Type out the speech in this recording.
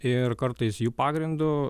ir kartais jų pagrindu